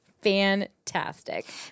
Fantastic